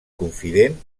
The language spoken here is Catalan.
confident